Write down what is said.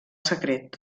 secret